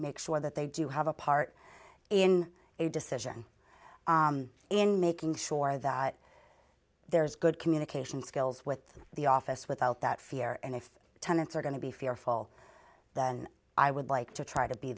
make sure that they do have a part in a decision in making sure that there is good communication skills with the office without that fear and if tenants are going to be fearful then i would like to try to be